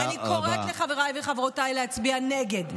אני קוראת לחבריי וחברותיי להצביע נגד.